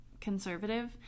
conservative